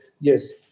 yes